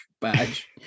badge